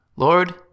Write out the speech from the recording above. Lord